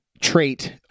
trait